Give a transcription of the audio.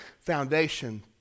foundation